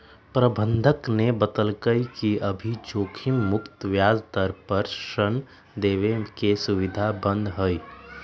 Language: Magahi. प्रबंधक ने बतल कई कि अभी जोखिम मुक्त ब्याज दर पर ऋण देवे के सुविधा बंद हई